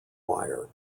wire